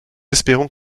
espérons